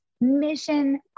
mission